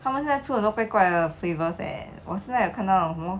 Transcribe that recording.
他们现在出很多怪怪的 flavours leh 我现在有看到有什么